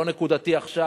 לא נקודתי עכשיו,